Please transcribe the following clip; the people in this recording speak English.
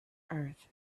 earth